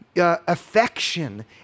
Affection